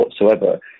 whatsoever